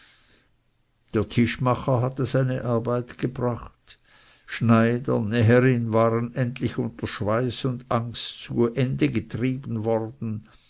der tischmacher hatte seine arbeit gebracht schneider näherin waren endlich unter schweiß und angst zu ende getrieben worden